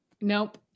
Nope